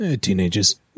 Teenagers